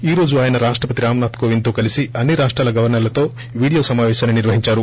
ఈ రోజు ఆయన రాష్టపతి రామ్ నాధ్ కోవింద్ తో కలీసి అన్ని రాష్టాల గవర్సర్లతో వీడియో సమాపేశాన్ని నిర్వహిందారు